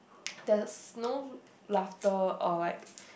there's no laughter or like